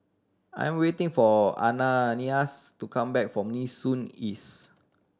I'm waiting for Ananias to come back from Nee Soon East